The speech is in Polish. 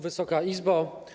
Wysoka Izbo!